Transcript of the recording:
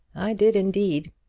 i did, indeed.